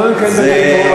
אנחנו לא נקיים את הדיון פה.